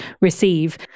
receive